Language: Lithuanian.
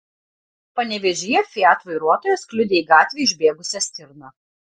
panevėžyje fiat vairuotojas kliudė į gatvę išbėgusią stirną